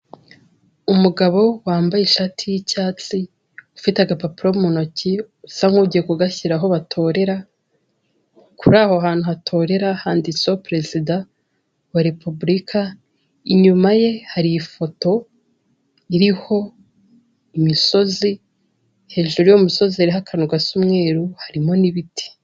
Umugabo wambaye ishati y'icyatsi, ufite agapapuro mu ntoki, usa nk'ugiye kugashyira aho batorera, kuri aho hantu hatorera handitseho Perezida wa Repubulika, inyuma ye hari ifoto iriho imisozi, hejuru y'uwo musozi hariho akantu gasa umweru, harimo ni'ibiti.